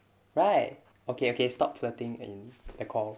right okay okay stop flirting and record